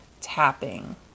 tapping